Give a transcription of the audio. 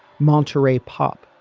monterey pop.